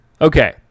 Okay